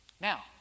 Now